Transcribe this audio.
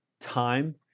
time